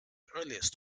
earliest